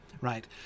right